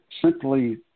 simply